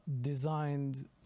designed